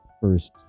first